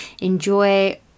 enjoy